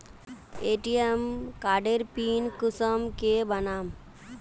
ATM कार्डेर PIN कुंसम के बनाम?